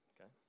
Okay